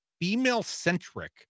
female-centric